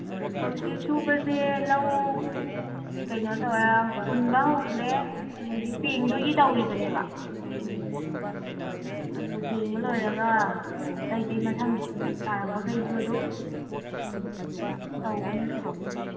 ꯍꯧꯖꯤꯛ ꯁꯨꯕꯁꯦ ꯂꯧ ꯀꯩꯅꯣ ꯍꯨꯟꯕ ꯍꯧꯈ꯭ꯔꯦ ꯍꯧꯖꯤꯛ ꯄꯦꯡꯗꯣꯏꯒꯤ ꯇꯧꯔꯤꯕꯅꯦꯕ ꯑꯗꯨ ꯄꯦꯡꯕ ꯂꯣꯏꯔꯒ ꯑꯇꯩ ꯑꯇꯩ ꯃꯊꯪ ꯇꯥꯔꯛꯄꯒꯩꯁꯨ ꯑꯗꯨꯝ ꯇꯧꯒꯅꯤ ꯏꯆꯦ